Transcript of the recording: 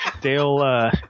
Dale